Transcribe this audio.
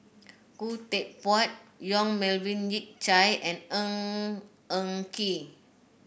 Khoo Teck Puat Yong Melvin Yik Chye and Ng Eng Kee